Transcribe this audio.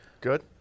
good